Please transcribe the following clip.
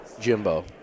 Jimbo